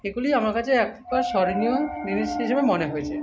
এগুলি আমার কাছে একটা স্মরণীয় জিনিস হিসেবে মনে হয়েছে